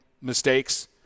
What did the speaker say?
mistakes